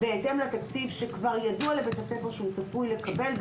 בהתאם לתקציב שכבר ידוע לבית הספר שהוא צפוי לקבל,